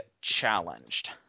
challenged